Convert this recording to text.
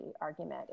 argument